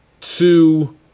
two